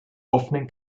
offenen